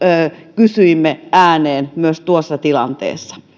kysyimme ääneen myös tuossa tilanteessa